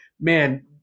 man